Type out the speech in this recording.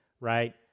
right